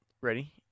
Ready